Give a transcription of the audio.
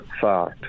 fact